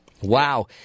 Wow